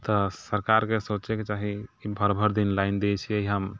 तऽ सरकारके सोचैके चाही कि भरि भरि दिन लाइन दै छिए हम